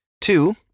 Two